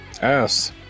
ass